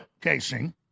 casing